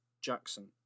Jackson